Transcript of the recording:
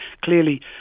clearly